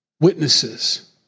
witnesses